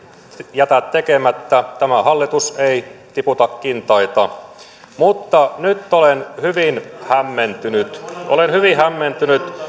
jätä tekemättä tämä hallitus ei tiputa kintaita mutta nyt olen hyvin hämmentynyt olen hyvin hämmentynyt